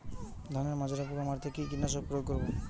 ধানের মাজরা পোকা মারতে কি কীটনাশক প্রয়োগ করব?